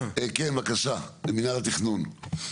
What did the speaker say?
כן, בבקשה, מינהל התכנון.